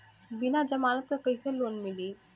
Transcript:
बिना जमानत क कइसे लोन मिली?